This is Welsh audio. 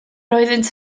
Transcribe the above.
oeddynt